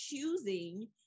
choosing